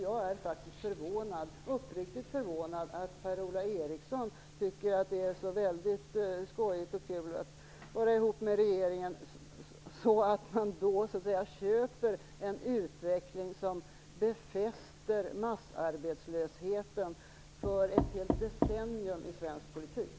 Jag är faktiskt uppriktigt förvånad att Per-Ola Eriksson tycker att det är så väldigt skojigt och kul att vara ihop med regeringen att han går med på en utveckling som befäster massarbetslösheten för ett helt decennium i svensk politik.